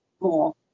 more